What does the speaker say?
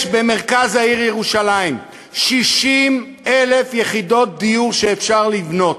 יש במרכז העיר ירושלים 60,000 יחידות דיור שאפשר לבנות.